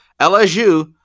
LSU